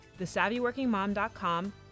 thesavvyworkingmom.com